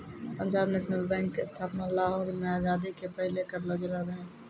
Punjab national bank के स्थापना लाहौर मे आजादी के पहिले करलो गेलो रहै